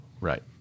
Right